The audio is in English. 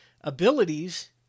abilities